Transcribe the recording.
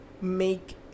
make